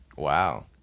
Wow